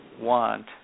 want